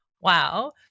Wow